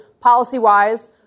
policy-wise